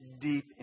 deep